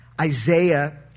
Isaiah